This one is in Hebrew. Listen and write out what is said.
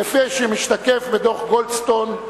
כפי שמשתקף בדוח-גולדסטון,